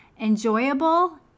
enjoyable